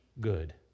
good